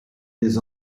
des